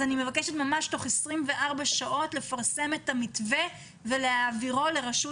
אני מבקשת תוך 24 שעות לפרסם את המתווה ולהעביר אותו לרשות